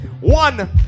One